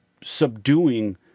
subduing